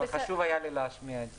אבל חשוב היה לי להשמיע את זה.